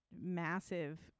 massive